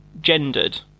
gendered